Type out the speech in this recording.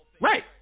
Right